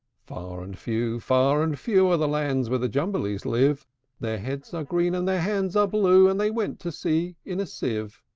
far and few, far and few, are the lands where the jumblies live their heads are green, and their hands are blue and they went to sea in a sieve.